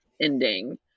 ending